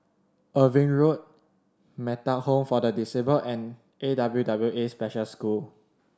Irving Road Metta Home for the Disabled and A W W A Special School